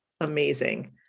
amazing